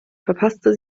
verpasste